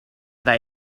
they